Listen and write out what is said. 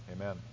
Amen